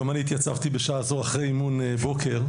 גם אני התייצבתי בשעה זו אחרי אימון בוקר,